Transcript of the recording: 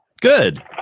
Good